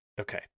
Okay